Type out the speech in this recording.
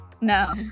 No